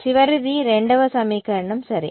చివరిది రెండవ సమీకరణం సరే